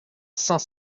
saint